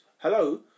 Hello